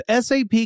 SAP